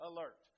Alert